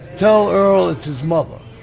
tell earl it's his mother.